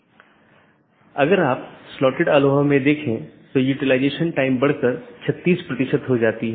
BGP पड़ोसी या BGP speaker की एक जोड़ी एक दूसरे से राउटिंग सूचना आदान प्रदान करते हैं